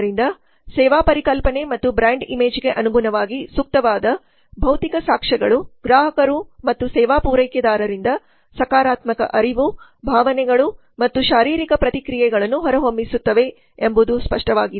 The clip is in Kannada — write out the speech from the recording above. ಆದ್ದರಿಂದ ಸೇವಾ ಪರಿಕಲ್ಪನೆ ಮತ್ತು ಬ್ರಾಂಡ್ ಇಮೇಜ್ಗೆ ಅನುಗುಣವಾಗಿ ಸೂಕ್ತವಾದ ಭೌತಿಕ ಸಾಕ್ಷ್ಯಗಳು ಗ್ರಾಹಕರು ಮತ್ತು ಸೇವಾ ಪೂರೈಕೆದಾರರಿಂದ ಸಕಾರಾತ್ಮಕ ಅರಿವು ಭಾವನೆಗಳು ಮತ್ತು ಶಾರೀರಿಕ ಪ್ರತಿಕ್ರಿಯೆಗಳನ್ನು ಹೊರಹೊಮ್ಮಿಸುತ್ತವೆ ಎಂಬುದು ಸ್ಪಷ್ಟವಾಗಿದೆ